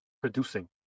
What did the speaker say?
producing